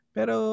Pero